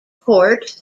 court